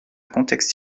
contexte